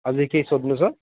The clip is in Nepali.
अझै केही सोध्नु छ